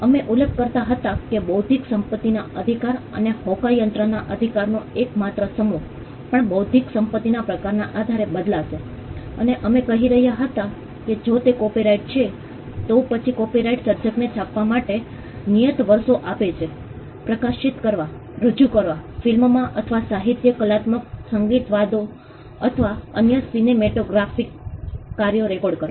અમે ઉલ્લેખ કરતા હતા કે બૌદ્ધિક સંપત્તિના અધિકાર અને હોકાયંત્રના અધિકારનો એકમાત્ર સમૂહ પણ બૌદ્ધિક સંપત્તિના પ્રકારના આધારે બદલાશે અને અમે કહી રહ્યા હતા કે જો તે કોપીરાઇટ છે તો પછી કોપીરાઇટ સર્જકને છાપવા માટે નિયત વર્ષો આપે છે પ્રકાશિત કરવા રજૂ કરવા ફિલ્મમાં અથવા સાહિત્યિક કલાત્મક સંગીતવાદ્યો અથવા અન્ય સિનેમેટોગ્રાફિક કાર્યો રેકોર્ડ કરવા